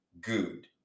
good